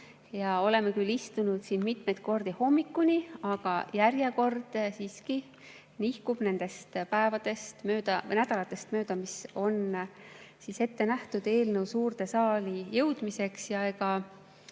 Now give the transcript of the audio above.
Oleme küll istunud siin mitmeid kordi hommikuni, aga järjekord siiski nihkub nendest nädalatest mööda, mis on ette nähtud eelnõu suurde saali jõudmiseks. Ja ega